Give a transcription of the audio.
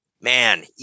man